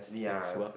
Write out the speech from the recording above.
ya so